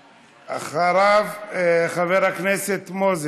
אחריו, חבר הכנסת מוזס,